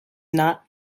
not